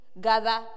gather